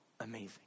Amazing